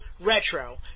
retro